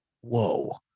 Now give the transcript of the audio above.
whoa